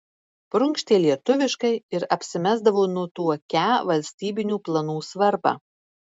prunkštė lietuviškai ir apsimesdavo nutuokią valstybinių planų svarbą